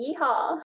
yeehaw